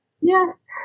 Yes